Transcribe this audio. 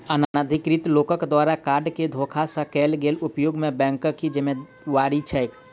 अनाधिकृत लोकक द्वारा कार्ड केँ धोखा सँ कैल गेल उपयोग मे बैंकक की जिम्मेवारी छैक?